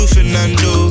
Fernando